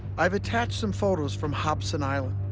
i've attached some photos from hobson island,